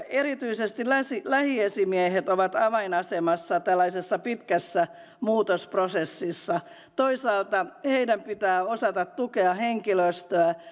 erityisesti lähiesimiehet ovat avainasemassa tällaisessa pitkässä muutosprosessissa toisaalta heidän pitää osata tukea henkilöstöä